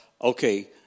okay